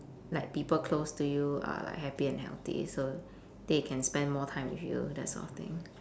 like people close to you are like happy and healthy so they can spend more time with you that sort of thing